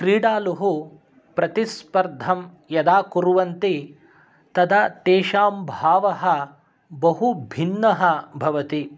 क्रीडालुः प्रतिस्पर्धं यदा कुर्वन्ति तदा तेषां भावः बहुभिन्नः भवति